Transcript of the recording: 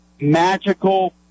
magical